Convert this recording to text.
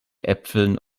äpfeln